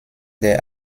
der